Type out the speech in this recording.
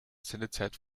sendezeit